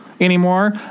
anymore